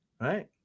Right